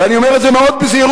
ואני אומר את זה מאוד בזהירות,